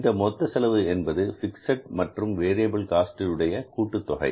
இந்த மொத்த செலவு என்பது பிக்ஸட் காஸ்ட் மற்றும் வேரியபில் காஸ்ட் உடைய கூட்டுத்தொகை